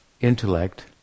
intellect